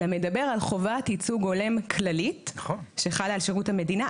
אלא מדבר על חובת ייצוג הולם כללית שחלה על שירות המדינה.